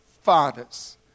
fathers